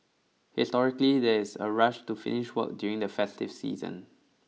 historically there's a rush to finish work during the festive season